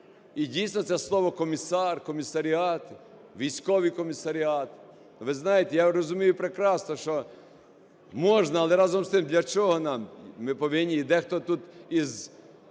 І, дійсно, це слово "комісар", "комісаріат", "військовий комісаріат", ви знаєте, я розумію прекрасно, що можна, але, разом з тим, для чого нам? Ми повинні, і дехто тут із